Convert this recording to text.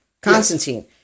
Constantine